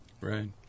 Right